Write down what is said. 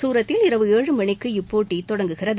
சூரத்தில் இரவு ஏழு மணிக்கு இப்போட்டி தொடங்குகிறது